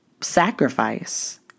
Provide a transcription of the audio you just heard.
sacrifice